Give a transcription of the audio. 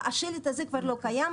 השלט הזה כבר לא קיים.